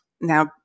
Now